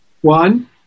One